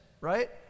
right